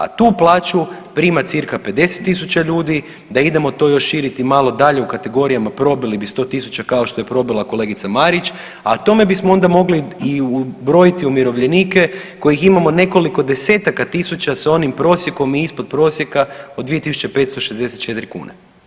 A tu plaću prima cca 50.000 ljudi da idemo to još širiti malo dalje u kategorijama probili bi 100.000 kao što je probila kolegica Marić, a tome bismo onda mogli i ubrojiti umirovljenike kojih imamo nekoliko desetaka tisuća sa onim prosjekom i ispod prosjeka od 2.564 kune.